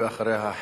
ואחריה,